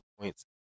points